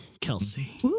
Kelsey